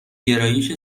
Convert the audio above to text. گرایش